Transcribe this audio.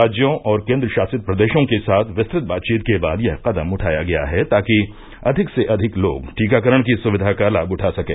राज्यों और केंद्रशासितप्रदेशों के साथ विस्तृत बातचीत के बाद यह कदम उठाया गया है ताकि अधिक से अधिक लोग टीकाकरण की सुविधा का लाभ उठा सकें